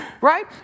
Right